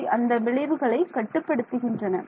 இவை அந்த விளைவுகளை கட்டுப்படுத்துகின்றன